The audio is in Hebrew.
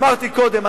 אמרתי קודם,